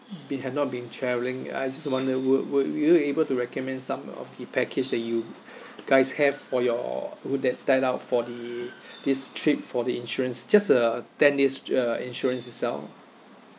been had not been travelling I just wonder would would you able to recommend some of the package that you guys have for your would that tie out for the this trip for the insurance just a ten days uh insurance itself